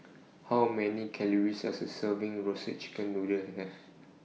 How Many Calories Does A Serving of Roasted Chicken Noodle Have